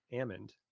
almond